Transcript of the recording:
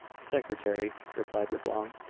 secretary, replied reblong,